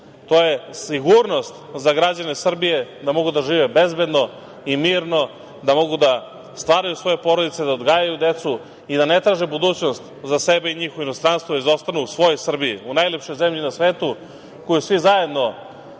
to je sigurnost za građane Srbije da mogu da žive bezbedno i mirno, da mogu da stvaraju svoje porodice, da odgajaju decu i da ne traže budućnost za sebe i njih u inostranstvu, nego da ostanu u Srbiji, u najlepšoj zemlji na svetu koju svi zajedno